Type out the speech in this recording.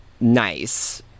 nice